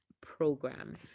program